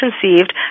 conceived